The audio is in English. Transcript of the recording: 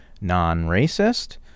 non-racist